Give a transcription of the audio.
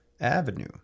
Avenue